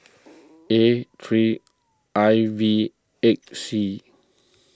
A three I V eight C